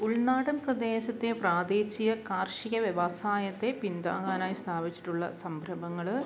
ഉൾനാടൻ പ്രദേശത്തെ പ്രാദേശിക കാർഷിക വ്യവസായത്തെ പിൻതാങ്ങാനായി സ്ഥാപിച്ചിട്ടുള്ള സംരംഭങ്ങൾ